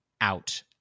out